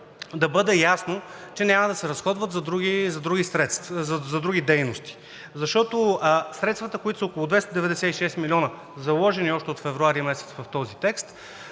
да бъде ясно, че няма да се разходват за други дейности. Защото средствата, които са около 296 милиона, заложени още от месец февруари в този текст,